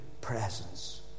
presence